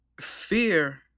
fear